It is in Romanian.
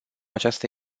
această